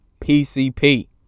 PCP